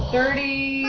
Thirty